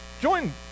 join